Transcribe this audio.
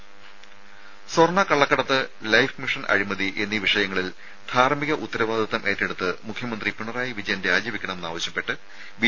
രുര സ്വർണ്ണ കള്ളക്കടത്ത് ലൈഫ് മിഷൻ അഴിമതി എന്നീ വിഷയങ്ങളിൽ ധാർമ്മിക ഉത്തരവാദിത്വം ഏറ്റെടുത്ത് മുഖ്യമന്ത്രി രാജിവെയ്ക്കണമെന്ന് ആവശ്യപ്പെട്ട് ബി